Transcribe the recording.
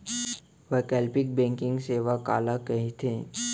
वैकल्पिक बैंकिंग सेवा काला कहिथे?